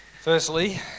Firstly